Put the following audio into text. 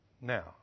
Now